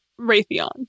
Raytheon